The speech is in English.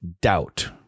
doubt